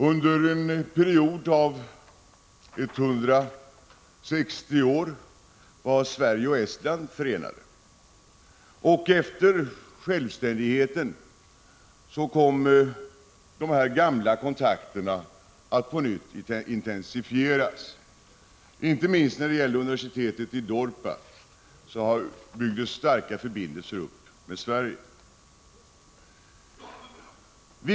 Under en period av 160 år var Sverige och Estland förenade, och efter självständigheten kom de gamla kontakterna att intensifieras på nytt. Inte minst när det gällde universitetet i Dorpat byggdes starka förbindelser upp med Sverige.